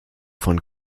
von